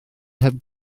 heb